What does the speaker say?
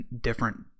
different